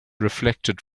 reflected